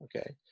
okay